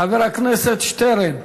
חבר הכנסת שטרן.